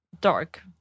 Dark